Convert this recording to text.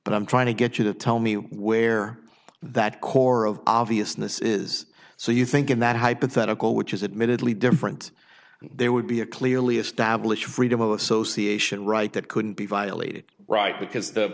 but i'm trying to get you to tell me where that core of obviousness is so you think in that hypothetical which is admittedly different there would be a clearly established freedom of association right that couldn't be violated right because th